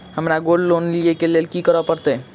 हमरा gold loan लिय केँ लेल की करऽ पड़त?